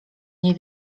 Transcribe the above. nie